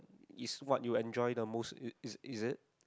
is what you enjoyed the most is is it